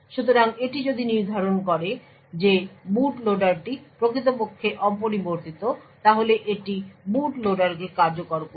সুতরাং যদি এটি নির্ধারণ করে যে বুট লোডারটি প্রকৃতপক্ষে অপরিবর্তিত তাহলে এটি বুট লোডারকে কার্যকর করবে